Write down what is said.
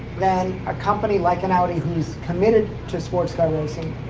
then a company like an audi who is committed to sports car racing,